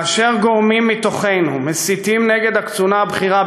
כאשר גורמים מתוכנו מסיתים נגד הקצונה הבכירה